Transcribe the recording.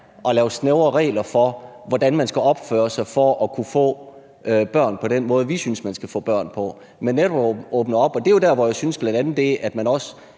at lave snævre regler for, hvordan man skal opføre sig for at kunne få børn på den måde, vi synes man skal få børn på, men netop at åbne op. Det er jo dér, hvor jeg bl.a. synes, at man også